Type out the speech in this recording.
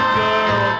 girl